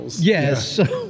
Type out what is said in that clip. yes